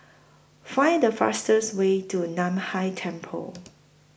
Find The fastest Way to NAN Hai Temple